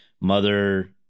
mother